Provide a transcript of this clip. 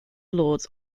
lords